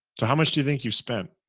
so how much do you think you've spent?